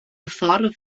ffordd